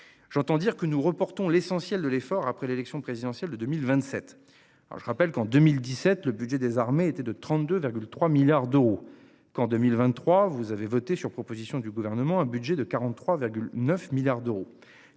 J'entends dire que nous reportons l'essentiel de l'effort après l'élection présidentielle de 2027. Alors je rappelle qu'en 2017, le budget des armées étaient de 32,3 milliards d'euros qu'en 2023 vous avez voté sur proposition du gouvernement, un budget de 43,9 milliards d'euros